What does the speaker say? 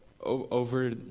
over